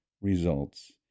results